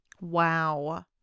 Wow